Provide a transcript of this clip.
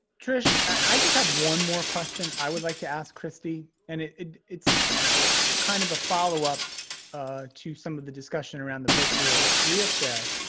trish i just have one more question i would like to ask kristy and it's kind of a follow-up to some of the discussion around the virtual career fair.